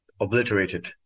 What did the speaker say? obliterated